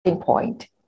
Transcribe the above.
point